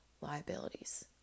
liabilities